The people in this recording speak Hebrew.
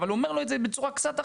אבל אומר לט את זה בצורה קצת אחרת,